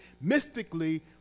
mystically